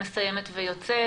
מסיימת לאכול ויוצאת,